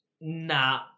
Nah